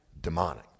demonic